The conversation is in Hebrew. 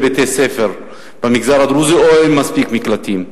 בתי-הספר במגזר הדרוזי או אין מספיק מקלטים.